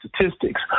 statistics